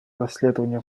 расследование